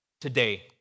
today